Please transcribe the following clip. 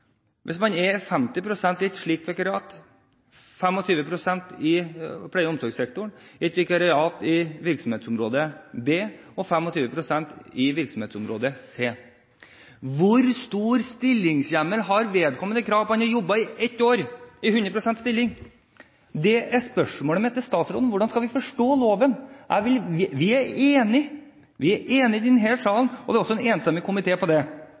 er 50 pst. i et slikt vikariat, 25 pst. i et vikariat i virksomhetsområde B og 25 pst. i virksomhetsområde C, hvor stor stillingshjemmel har vedkommende krav på når han har jobbet i ett år i 100 pst. stilling? Det er spørsmålet mitt til statsråden. Hvordan skal vi forstå loven? Vi er enige i denne salen, og det er en enstemmig komité. Men jeg vil gjerne vite hva jeg er med på å vedta i dag. Det